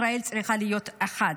ישראל צריכה להיות אחת,